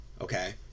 okay